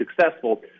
successful